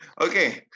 okay